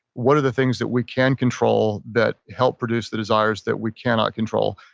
what are the things that we can control that help produce the desires that we cannot control?